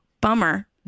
Bummer